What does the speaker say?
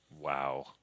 Wow